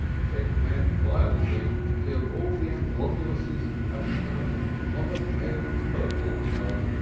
shake the pan violently till all the amblongusses have become of a pale purple color.